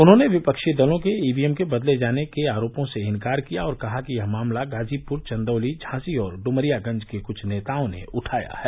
उन्होंने विपक्षी दलों के ईवीएम के बदले जाने के आरोपों से इनकार किया और कहा कि यह मामला गाजीपुर चंदौली झांसी और डूमरियागंज के कुछ नेताओं ने उठाया है